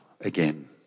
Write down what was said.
again